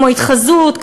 כמו התחזות,